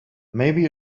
maybe